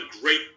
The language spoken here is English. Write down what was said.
great